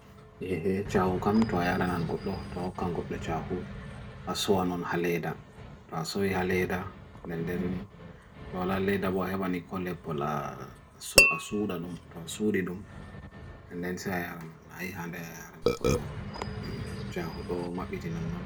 ʔʰe ʔʰawqam ʔuaʔa raʔanan qut do. ʔawqam qut le ʔʸawq. ʔa sonoon ha le ʔa, ʔa sewi ha le ʔa, nenden ʔawla le ʔa bo ʔhaibane ʔko l'e pola ʔawq'a suu dadoom. ʔawq'a suu dil oom. ʔen sʌai re ʔan secretary rana qut do, ʔawq'a jo woo mao biti nanon.